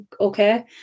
okay